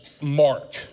Mark